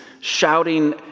shouting